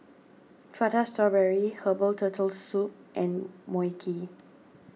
Prata Strawberry Herbal Turtle Soup and Mui Kee